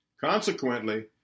Consequently